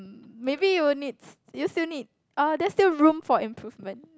maybe you needs you still need oh there's still room for improvement